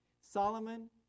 Solomon